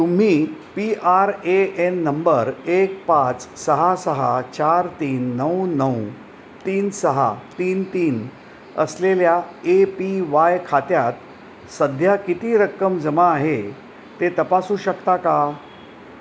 तुम्ही P R A N number एक पाच सहा सहा चार तीन नऊ नऊ तीन सहा तीन तीन असलेल्या ए पी वाय खात्यात सध्या किती रक्कम जमा आहे ते तपासू शकता का